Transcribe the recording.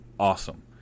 Awesome